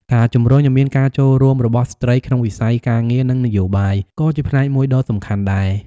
ការជំរុញឱ្យមានការចូលរួមរបស់ស្ត្រីក្នុងវិស័យការងារ និងនយោបាយក៏ជាផ្នែកមួយដ៏សំខាន់ដែរ។